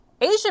Asia